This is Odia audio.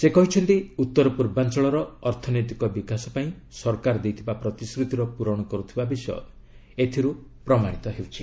ସେ କହିଛନ୍ତି ଉତ୍ତର ପୂର୍ବାଞ୍ଚଳର ଅର୍ଥନୈତିକ ବିକାଶ ପାଇଁ ସରକାର ଦେଇଥିବା ପ୍ରତିଶ୍ରୁତିର ପୂର୍ବଣ କରୁଥିବା ବିଷୟ ଏଥିରୁ ପ୍ରମାଣିତ ହେଉଛି